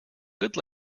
good